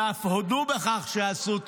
ואף הודו בכך שעשו טעויות,